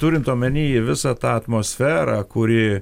turint omenyj visą tą atmosferą kuri